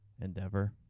endeavor